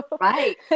Right